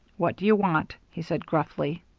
what do you want? he said gruffly.